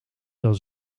dat